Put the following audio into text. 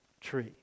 tree